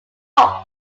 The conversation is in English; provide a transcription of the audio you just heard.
off